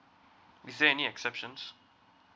is there any exceptions